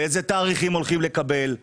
באיזה תאריכים יקבלו אותו.